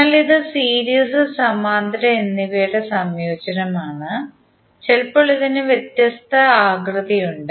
എന്നാൽ ഇത് സീരീസ് സമാന്തര എന്നിവയുടെ സംയോജനമാണ് ചിലപ്പോൾ ഇതിന് വ്യത്യസ്ത ആകൃതിയുണ്ട്